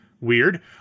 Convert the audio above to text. weird